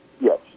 Yes